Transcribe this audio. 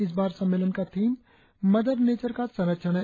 इस बार सम्मेलन का थीम मदर नेचर का संरक्षण है